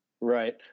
Right